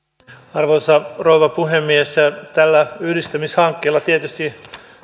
arvoisa rouva puhemies tällä yhdistämishankkeella tietysti